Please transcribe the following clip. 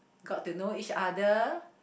got to know each other